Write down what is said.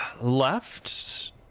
left